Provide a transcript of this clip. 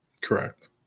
Correct